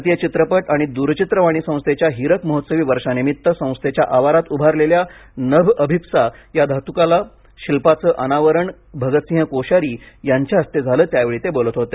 भारतीय चित्रपट आणि द्रचित्रवाणी संस्थेच्या हीरक महोत्सवी वर्षांनिमित्त संस्थेच्या आवारात उभारलेल्या नभ अभीप्सा या धातुकला शिल्पाचं अनावरण भगतसिंह कोश्यारी यांच्या हस्ते झालं त्यावेळी ते बोलत होते